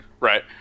Right